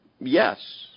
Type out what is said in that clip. yes